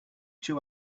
two